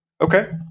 Okay